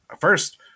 first